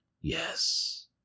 Yes